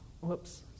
Whoops